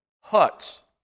huts